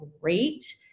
great